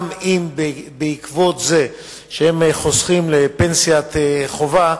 גם אם בעקבות זה שהם חוסכים לפנסיית חובה,